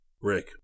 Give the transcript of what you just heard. Rick